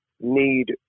need